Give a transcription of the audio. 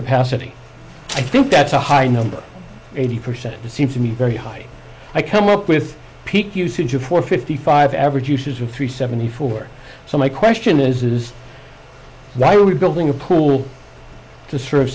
capacity i think that's a high number eighty percent seems to be very high i come up with peak usage of four fifty five average uses of three seventy four so my question is is why are we building a pool to s